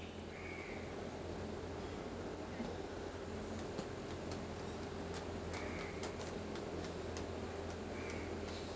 !wow!